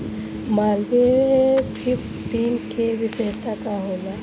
Malviya fifteen के विशेषता का होला?